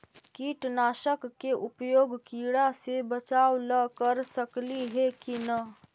कीटनाशक के उपयोग किड़ा से बचाव ल कर सकली हे की न?